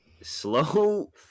slow